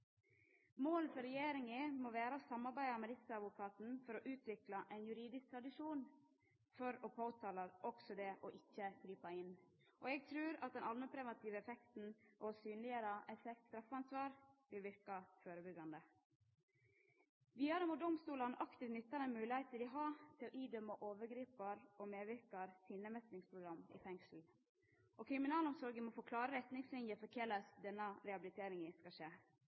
Målet for regjeringa må vera å samarbeida med riksadvokaten for å utvikla ein juridisk tradisjon for å påtala også det å ikkje gripa inn. Og eg trur at den allmennpreventive effekten av å synleggjera eit slikt straffansvar vil verka førebyggjande. Vidare må domstolane aktivt nytta den moglegheita dei har til å idømma overgripar og medverkar sinnemeistringsprogram i fengsel. Og kriminalomsorga må få klare retningsliner for korleis denne rehabiliteringa skal skje.